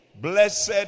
Blessed